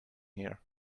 here